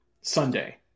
Sunday